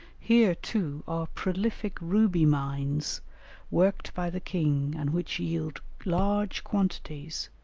here, too, are prolific ruby-mines worked by the king and which yield large quantities,